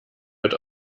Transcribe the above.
wird